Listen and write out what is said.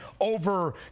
over